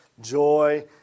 joy